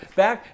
back